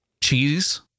Cheese